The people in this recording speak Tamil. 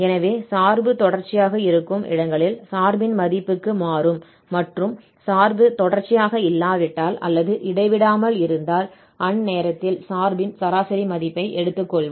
எனவே சார்பு தொடர்ச்சியாக இருக்கும் இடங்களில் சார்பின் மதிப்புக்கு மாறும் மற்றும் சார்பு தொடர்ச்சியாக இல்லாவிட்டால் அல்லது இடைவிடாமல் இருந்தால் அந்நேரத்தில் சார்பின் சராசரி மதிப்பை எடுத்துக்கொள்வோம்